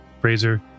Fraser